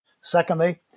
Secondly